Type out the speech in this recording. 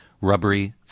Rubbery